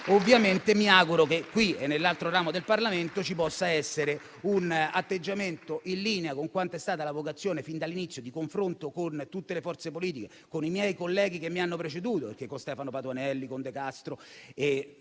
Ovviamente mi auguro che qui e nell'altro ramo del Parlamento ci possa essere un atteggiamento in linea con quella che è stata fin dall'inizio la vocazione di confronto con tutte le forze politiche e con i colleghi che mi hanno preceduto (Stefano Patuanelli, De Castro)